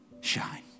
shine